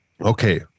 okay